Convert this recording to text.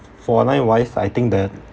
for online wise I think that